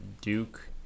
Duke